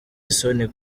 isoni